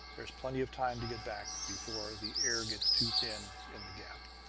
there's plenty of time to get back before the air gets too thin in the gap.